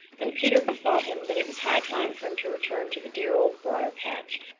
then peter bethought him that it was high time for him to return to the dear old briar-patch,